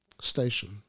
station